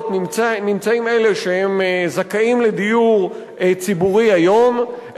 נמצאים אלה שהם זכאים לדיור ציבורי היום,